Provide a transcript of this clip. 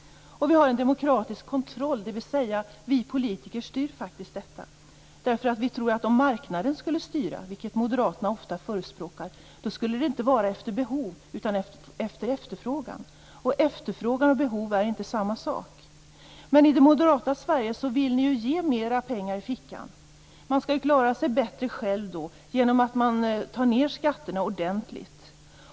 Vi har också en demokratisk kontroll, dvs. vi politiker styr faktiskt detta. Vi tror att om marknaden skulle styra, vilket moderaterna ofta förespråkar, skulle det inte vara efter behov utan efter efterfrågan. Men efterfrågan och behov är inte samma sak. I det moderata Sverige vill ni ge mer pengar i fickan. Man skall klara sig bättre själv genom att skatterna tas ned ordentligt.